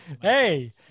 hey